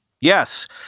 yes